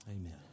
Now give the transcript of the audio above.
Amen